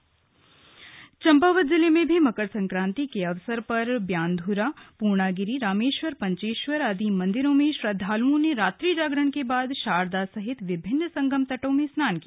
slug Sankranti और घुघुती चंपावत जिले में भी मकर संक्रांति के अवसर पर ब्यानध्रा पूर्णागिरि रामेश्वर पंचेश्वर आदि मंदिरों में श्रद्वालुओ ने रात्रि जागरण के बाद शारदा सहित विभिन्न संगम तटों में स्नान किया